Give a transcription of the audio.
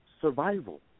survival